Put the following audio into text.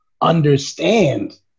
understand